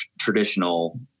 traditional